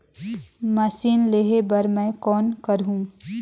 Machine लेहे बर मै कौन करहूं?